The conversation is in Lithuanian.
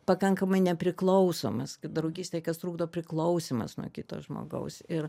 pakankamai nepriklausomas draugystei kas trukdo priklausymas nuo kito žmogaus ir